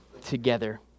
together